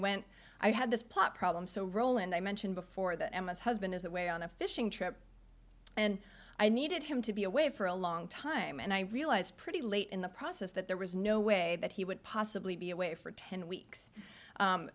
went i had this pot problem so roland i mentioned before that emma's husband is away on a fishing trip and i needed him to be away for a long time and i realized pretty late in the process that there was no way that he would possibly be away for ten weeks